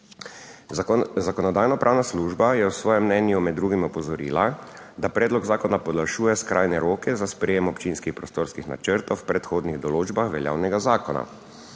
Zakonodajno-pravna služba je v svojem mnenju med drugim opozorila, da predlog zakona podaljšuje skrajne roke za sprejem občinskih prostorskih načrtov v predhodnih določbah veljavnega zakona.